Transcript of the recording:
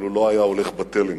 אבל הוא לא היה הולך בתלם.